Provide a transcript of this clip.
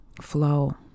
flow